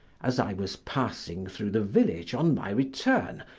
as i was passing through the village on my return,